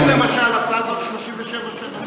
בגין למשל עשה זאת 37 שנה.